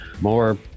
more